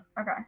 Okay